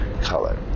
color